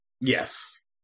Yes